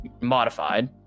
modified